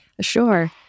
Sure